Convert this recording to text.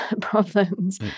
problems